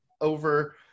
over